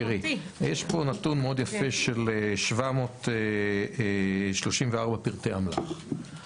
יש פה נתון מאוד יפה של 734 פריטי אמל"ח.